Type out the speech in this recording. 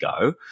go